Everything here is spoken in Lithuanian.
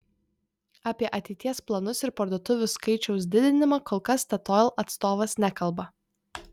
apie ateities planus ir parduotuvių skaičiaus didinimą kol kas statoil atstovas nekalba